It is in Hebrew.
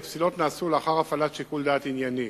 הפסילות נעשו לאחר הפעלת שיקול דעת ענייני.